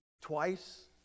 twice